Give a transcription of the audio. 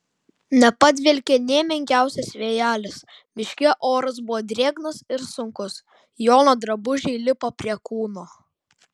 nepadvelkė nė menkiausias vėjelis miške oras buvo drėgnas ir sunkus jono drabužiai lipo prie kūno